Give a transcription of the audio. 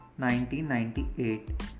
1998